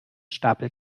stapel